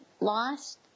lost